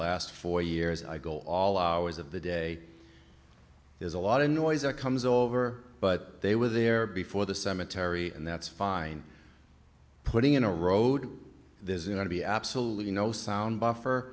last four years i go all hours of the day is a lot of noise a comes over but they were there before the cemetery and that's fine putting in a road there's going to be absolutely no sound buffer